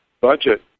budget